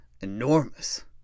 enormous